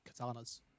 katanas